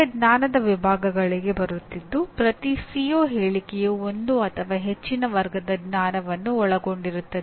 ಈಗ ಜ್ಞಾನದ ವಿಭಾಗಗಳಿಗೆ ಬರುತ್ತಿದ್ದು ಪ್ರತಿ ಸಿಒ ಹೇಳಿಕೆಯು ಒಂದು ಅಥವಾ ಹೆಚ್ಚಿನ ವರ್ಗದ ಜ್ಞಾನವನ್ನು ಒಳಗೊಂಡಿರುತ್ತದೆ